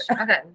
Okay